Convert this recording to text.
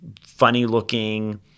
funny-looking